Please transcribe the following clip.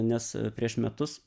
nes prieš metus